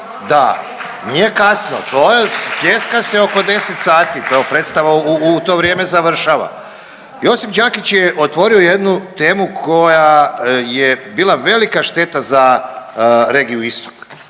nije kasno, pljeska se oko 10 sati kao predstava u to vrijeme završava. Josip Đakić je otvorio jednu temu koja je bila velika šteta za regiju istok,